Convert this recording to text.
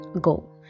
go